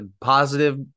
positive